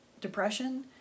depression